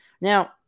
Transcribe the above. Now